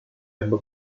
aibă